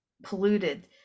polluted